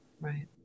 Right